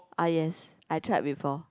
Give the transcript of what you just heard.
ah yes I tried before